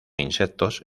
insectos